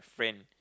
friend